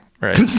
right